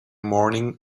morning